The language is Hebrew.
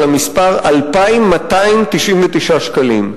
על המספר 2,299 שקלים.